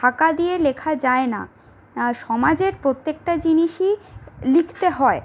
ঢাকা দিয়ে লেখা যায় না সমাজের প্রত্যেকটা জিনিসই লিখতে হয়